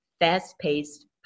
fast-paced